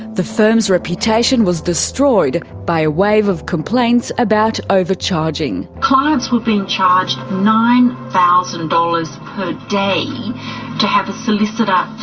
the firm's reputation was destroyed by a wave of complaints about overcharging. clients were being charged nine thousand dollars per day to have a solicitor